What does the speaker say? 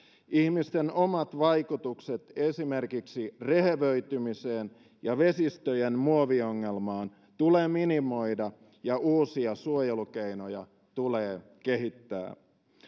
ihmisten omat vaikutukset esimerkiksi rehevöitymiseen ja vesistöjen muoviongelmaan tulee minimoida ja uusia suojelukeinoja tulee kehittää